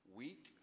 week